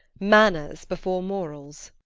manners before morals!